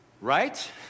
Right